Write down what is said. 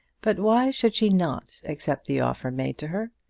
but why should she not accept the offer made to her?